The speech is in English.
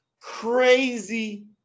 crazy